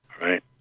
Right